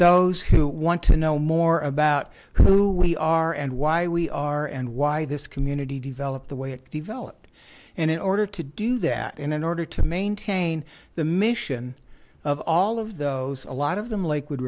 those who want to know more about who we are and why we are and why this community developed the way it developed and in order to do that in order to maintain the mission of all of those a lot of them lakewood